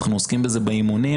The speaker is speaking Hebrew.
אנחנו עוסקים בזה באימונים,